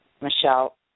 Michelle